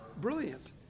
brilliant